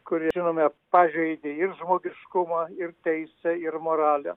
kurie žinome pažeidė ir žmogiškumą ir teisę ir moralę